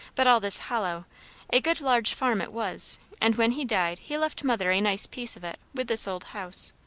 but all this hollow a good large farm it was and when he died he left mother a nice piece of it, with this old house.